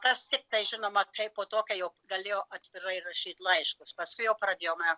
kas tiktai žinoma kaipo tokia jau galėjo atvirai rašyti laiškus paskui jau pradėjome